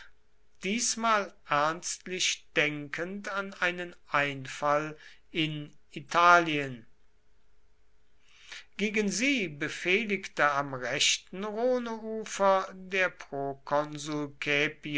diesmal ernstlich denkend an einen einfall in italien gegen sie befehligte am rechten rhoneufer der